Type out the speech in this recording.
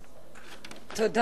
אדוני היושב-ראש,